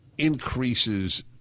Increases